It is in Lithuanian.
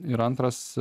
ir antras